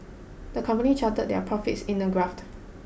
the company charted their profits in a graph